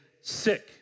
sick